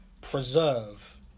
preserve